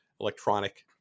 electronic